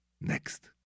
Next